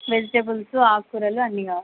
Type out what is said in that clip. vegetables ఆకుకూరలు అన్నీ కావాలి